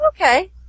Okay